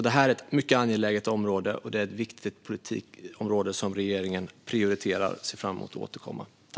Det här är ett mycket angeläget politikområde som regeringen prioriterar, och jag ser fram emot att återkomma.